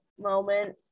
moment